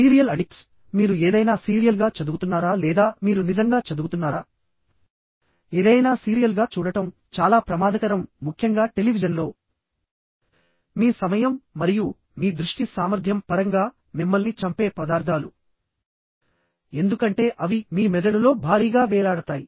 serial addicts మీరు ఏదైనా సీరియల్గా చదువుతున్నారా లేదా మీరు నిజంగా చదువుతున్నారా ఏదైనా సీరియల్గా చూడటం చాలా ప్రమాదకరంముఖ్యంగా టెలివిజన్లో మీ సమయం మరియు మీ దృష్టి సామర్థ్యం పరంగా మిమ్మల్ని చంపే పదార్థాలు ఎందుకంటే అవి మీ మెదడులో భారీగా వేలాడతాయి